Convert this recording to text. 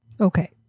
Okay